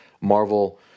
Marvel